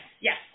yes